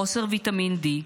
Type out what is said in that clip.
חוסר ויטמין D,